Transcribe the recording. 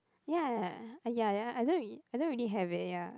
ya ya ya ya I don't I don't really have it ya